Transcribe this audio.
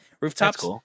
rooftops